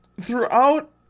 Throughout